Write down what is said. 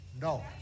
No